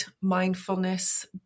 mindfulness